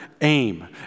aim